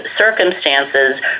circumstances